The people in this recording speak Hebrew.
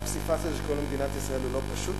הפסיפס הזה שקוראים לו מדינת ישראל הוא לא פשוט,